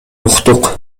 уктук